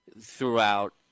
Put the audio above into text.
throughout